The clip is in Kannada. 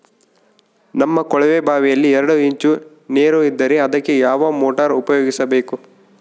ನಮ್ಮ ಕೊಳವೆಬಾವಿಯಲ್ಲಿ ಎರಡು ಇಂಚು ನೇರು ಇದ್ದರೆ ಅದಕ್ಕೆ ಯಾವ ಮೋಟಾರ್ ಉಪಯೋಗಿಸಬೇಕು?